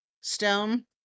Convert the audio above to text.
stone